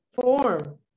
form